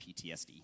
PTSD